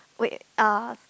wait uh